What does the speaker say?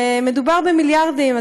מדובר במיליארדים.